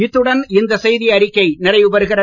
இத்துடன் இந்த செய்தியறிக்கை நிறைவுபெறுகிறது